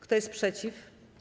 Kto jest przeciw?